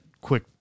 quick